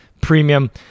premium